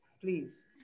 please